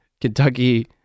Kentucky